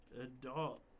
adult